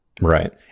right